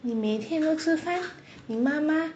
你每天都吃饭你妈妈